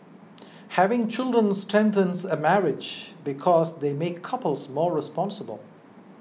having children strengthens a marriage because they make couples more responsible